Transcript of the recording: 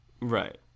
Right